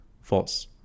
False